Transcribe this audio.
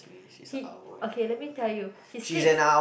he okay let me tell you he sleeps